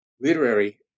literary